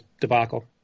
debacle